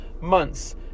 months